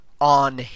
on